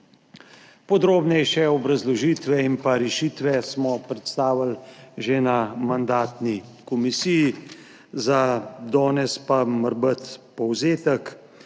Podrobnejše obrazložitve in pa rešitve smo predstavili že na mandatni komisiji, za danes pa morebiti povzetek